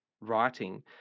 writing